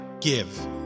Give